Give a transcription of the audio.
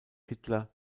hitler